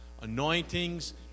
Anointings